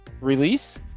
release